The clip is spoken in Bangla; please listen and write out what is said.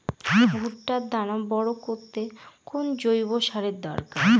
ভুট্টার দানা বড় করতে কোন জৈব সারের দরকার?